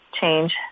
change